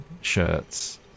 shirts